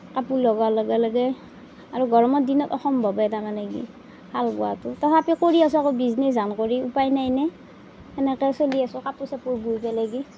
কাপোৰ লগোৱাৰ লগে লগে আৰু গৰমৰ দিনত অসম্ভৱেই তাৰমানে উপাই নাই ন সেনেকেই চলি আছোঁ কাপোৰ চাপোৰ বৈ পেলাই দি